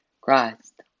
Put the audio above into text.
Christ